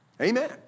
Amen